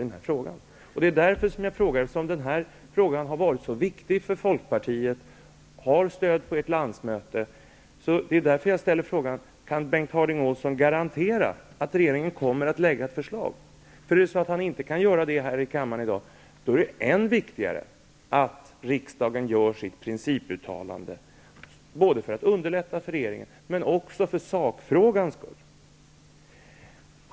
Eftersom denna fråga har varit så viktig för Folkpartiet och har fått stöd på ert landsmöte vill jag ställa följande fråga: Kan Bengt Harding Olson garantera att regeringen kommer att lägga fram ett förslag? Om han inte kan göra det i kammaren i dag är det än viktigare att riksdagen gör ett principuttalande, både för att underlätta för regeringen och för sakfrågans skull.